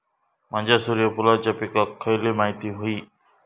माझ्या सूर्यफुलाच्या पिकाक खयली माती व्हयी?